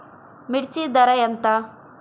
మిర్చి ధర ఎంత?